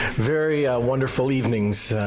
very wonderful evenings